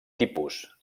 tipus